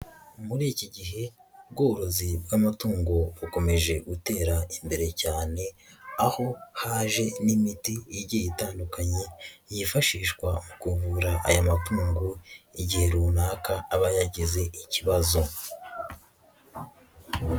Muri iki gihe ubworozi bw'amatungo bukomeje gutera imbere cyane, aho haje n'imiti igiye itandukanye yifashishwa mu kuvura aya matungo igihe runaka aba yagize ikibazo.